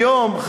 היום,